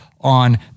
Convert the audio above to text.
on